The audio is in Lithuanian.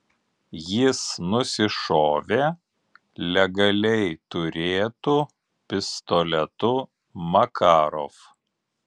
jis nusišovė legaliai turėtu pistoletu makarov